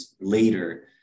later